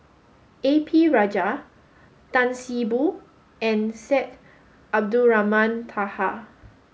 A P Rajah Tan See Boo and Syed Abdulrahman Taha